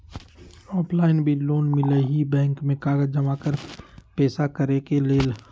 Offline भी loan मिलहई bank में कागज जमाकर पेशा करेके लेल?